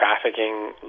trafficking